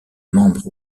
membres